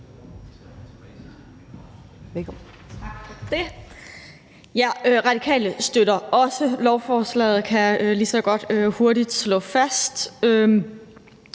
Radikale støtter også lovforslaget, kan jeg lige så godt hurtigt slå fast.